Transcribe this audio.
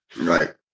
Right